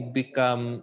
become